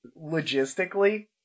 logistically